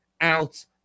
out